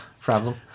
problem